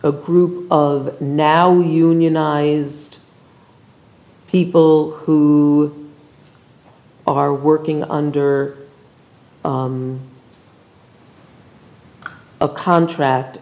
a group of now unionized people who are working under a contract